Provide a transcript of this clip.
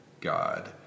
God